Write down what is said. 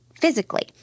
physically